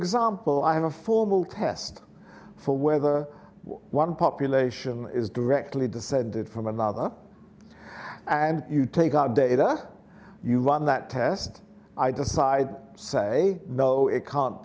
have a formal test for whether one population is directly descended from another and you take our data you run that test either side say no it can't